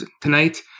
tonight